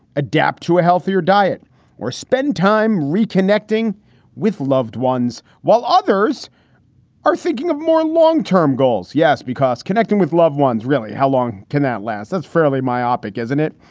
adapt to a healthier diet or spend time reconnecting with loved ones while others are thinking of more long term goals. yes, because connecting with loved ones. really? how long can that last? that's fairly myopic, isn't it?